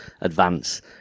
Advance